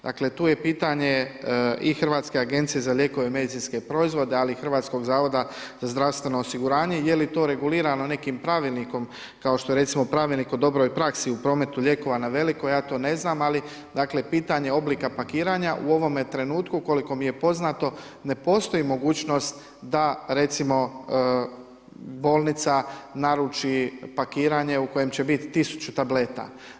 Dakle, tu je pitanje i Hrvatske agencije za lijekove i medicinske proizvode, ali i Hrvatskog zavoda za zdravstveno osiguranje je li to regulirano nekim pravilnikom kao što je recimo Pravilnik o dobroj praksi u prometu lijekova na veliko ja to ne znam, ali dakle pitanje oblika pakiranja u ovome trenutku koliko mi je poznato ne postoji mogućnost da recimo bolnica naruči pakiranje u kojem će biti tisuću tableta.